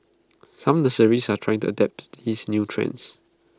some nurseries are trying to adapt these new trends